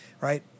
Right